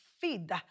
feed